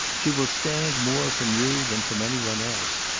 she will stand more from you than from any one else.